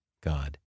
God